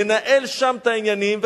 לנהל שם את העניינים,